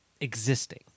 existing